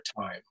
time